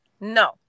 No